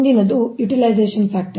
ಮುಂದಿನದು utilisation factor